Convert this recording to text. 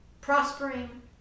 prospering